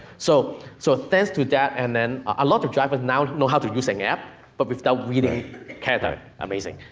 so so, thanks to that, and then a lot of drivers now know how to use an app, but without reading characters. amazing.